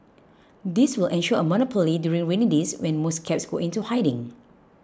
this will ensure a monopoly during rainy days when most cabs go into hiding